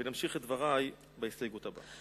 ונמשיך את דברי בהסתייגות הבאה.